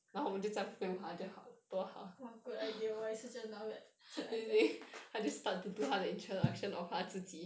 !wah! good idea 我也是觉得 not bad